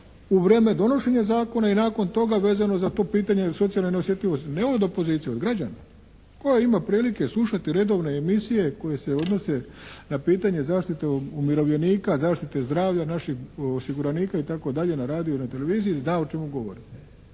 u vrijeme donošenja zakona i nakon toga vezano za to pitanje socijalne neosjetljivosti, ne od opozicije, od građana, koja ima prilike slušati redovne emisije koje se odnose na pitanje zaštite umirovljenika, zaštite zdravlja naših osiguranika itd. na radiju, televiziji i zna o čemu govore.